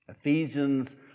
ephesians